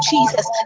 Jesus